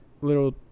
little